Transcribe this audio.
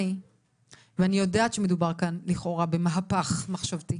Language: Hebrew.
אני יודעת שמדובר כאן לכאורה במהפך מחשבתי.